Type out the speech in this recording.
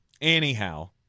anyhow